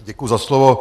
Děkuju za slovo.